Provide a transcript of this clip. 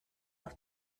auf